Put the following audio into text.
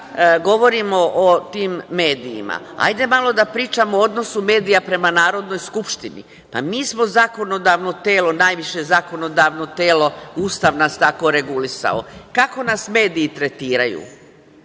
govorimo o tim medijima, hajde malo da pričamo o odnosu medija prema Narodnoj skupštini. Mi smo najviše zakonodavno telo, Ustav nas je tako regulisao. Kako nas mediji tretiraju?